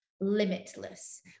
limitless